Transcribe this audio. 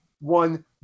one